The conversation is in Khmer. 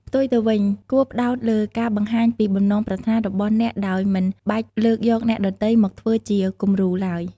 ផ្ទុយទៅវិញ គួរផ្ដោតលើការបង្ហាញពីបំណងប្រាថ្នារបស់អ្នកដោយមិនបាច់លើកយកអ្នកដទៃមកធ្វើជាគំរូឡើយ។